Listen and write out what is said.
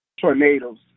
tornadoes